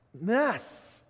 mess